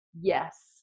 yes